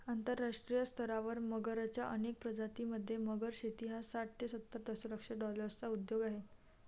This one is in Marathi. आंतरराष्ट्रीय स्तरावर मगरच्या अनेक प्रजातीं मध्ये, मगर शेती हा साठ ते सत्तर दशलक्ष डॉलर्सचा उद्योग आहे